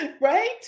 right